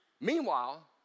Meanwhile